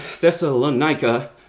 Thessalonica